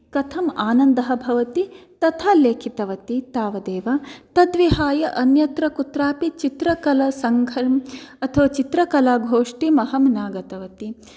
कथम् आनन्दः भवति तथा लेखितवती तावदेव तद्विहाय अन्यत्र कुत्रापि चित्रकलासंघं अथवा चित्रकलागोष्ठीम् अहं न गतवती